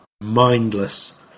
mindless